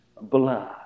blood